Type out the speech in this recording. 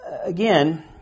Again